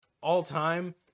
All-time